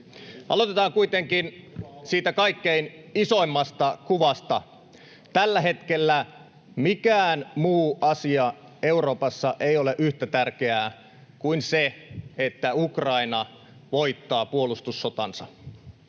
Aloitetaan kuitenkin siitä kaikkein isoimmasta kuvasta. Tällä hetkellä mikään muu asia Euroopassa ei ole yhtä tärkeä kuin se, että Ukraina voittaa puolustussotansa.